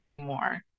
more